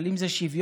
אבל אם זה שוויון,